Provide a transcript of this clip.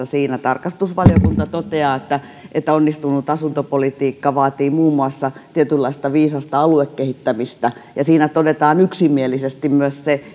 siinä tarkastusvaliokunta toteaa yksimielisesti muun muassa että onnistunut asuntopolitiikka vaatii muun muassa tietynlaista viisasta aluekehittämistä ja siinä todetaan yksimielisesti myös se